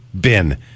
bin